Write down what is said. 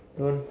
don't